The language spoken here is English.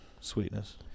Sweetness